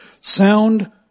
Sound